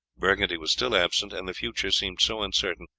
burgundy was still absent, and the future seemed so uncertain,